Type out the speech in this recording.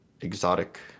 exotic